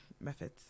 methods